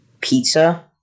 pizza